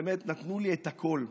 באמת נתנו לי את הכול,